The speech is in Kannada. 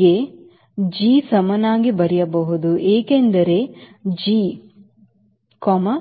ಗೆ G ಸಮನಾಗಿ ಬರೆಯಬಹುದು ಏಕೆಂದರೆ G T minus D by W